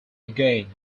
again